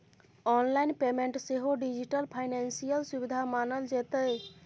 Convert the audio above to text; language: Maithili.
आनलाइन पेमेंट सेहो डिजिटल फाइनेंशियल सुविधा मानल जेतै